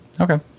okay